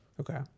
Okay